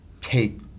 take